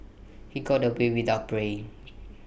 he got away without paying